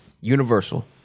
Universal